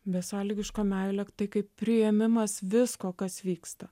besąlygiška meilė tai kaip priėmimas visko kas vyksta